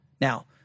Now